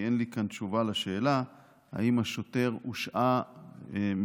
כי אין לי כאן תשובה לשאלה אם השוטר הושעה מתפקידו.